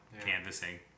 canvassing